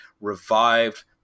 revived